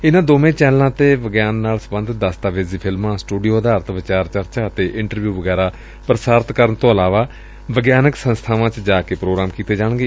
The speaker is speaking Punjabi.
ਇਨ੍ਹਾਂ ਦੋਵੇਂ ਚੈਨਲਾਂ ਤੇ ਵਿਗਿਆਨ ਨਾਲ ਸਬੰਧਤ ਦਸਤਾਵੇਜ਼ੀ ਫਿਲਮਾਂ ਸਟੂਡੀਓ ਆਧਾਰਤ ਵਿਚਾਰ ਚਰਚਾ ਅਤੇ ਇੰਟਰਵਿਉ ਵਗੈਰਾ ਪ੍ਰਸਾਰਿਤ ਕਰਨ ਤੋਂ ਇਲਾਵਾ ਵਿਗਿਆਨਕ ਸੰਸਬਾਵਾਂ ਚ ਜਾ ਕੇ ਪ੍ਰੋਗਰਾਮ ਕੀਤੇ ਜਾਣਗੇ